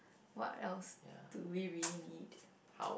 what else do we really need